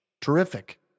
terrific